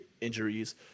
injuries